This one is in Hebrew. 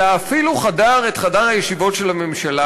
אלא אפילו חדר את חדר הישיבות של הממשלה